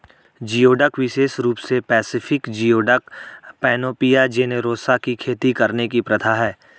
geoduck विशेष रूप से पैसिफिक जियोडक, पैनोपिया जेनेरोसा की खेती करने की प्रथा है